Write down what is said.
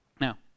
Now